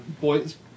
Boy's